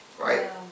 Right